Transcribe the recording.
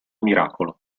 miracolo